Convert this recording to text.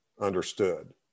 understood